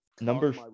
number